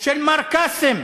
של מר קאסם,